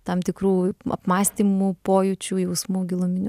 tam tikrų apmąstymų pojūčių jausmų giluminių